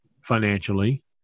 financially